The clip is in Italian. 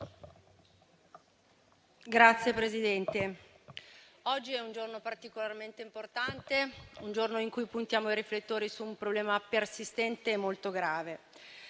Signor Presidente, oggi è un giorno particolarmente importante, un giorno in cui puntiamo i riflettori su un problema persistente e molto grave,